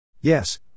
Yes